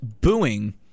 booing